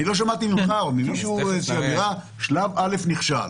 אני לא שמעתי ממך או ממישהו איזושהי אמרה: שלב א' נכשל.